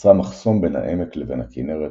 יצרה מחסום בין העמק לבין הכנרת,